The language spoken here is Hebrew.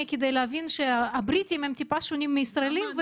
כדי להבין שהבריטים טיפה שונים מישראלים,